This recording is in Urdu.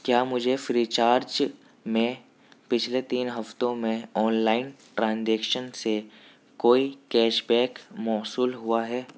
کیا مجھے فری چارج میں پچھلے تین ہفتوں میں آنلائن ٹرانجیکشن سے کوئی کیشبیک موصول ہوا ہے